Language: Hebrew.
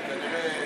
זה כנראה,